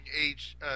Age